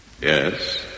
Yes